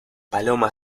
paloma